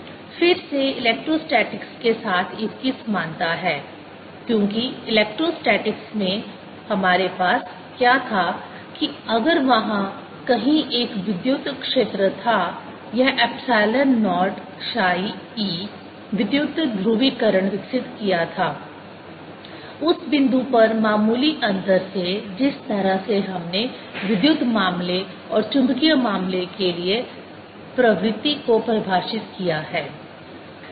MMH फिर से electrostatics के साथ इसकी समानता है क्योंकि इलेक्ट्रोस्टैटिक्स में हमारे पास क्या था कि अगर वहाँ कहीं एक विद्युत क्षेत्र था यह एप्सिलॉन नॉट chi e विद्युत ध्रुवीकरण विकसित किया था उस बिंदु पर मामूली अंतर से जिस तरह से हमने विद्युत मामले और चुंबकीय मामले के लिए प्रवृत्ति को परिभाषित किया है